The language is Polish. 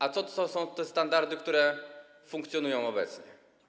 A jakie są te standardy, które funkcjonują obecnie?